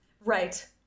Right